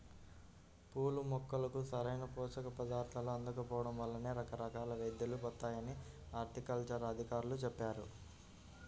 పూల మొక్కలకు సరైన పోషక పదార్థాలు అందకపోడం వల్లనే రకరకాల వ్యేదులు వత్తాయని హార్టికల్చర్ అధికారులు చెప్పారు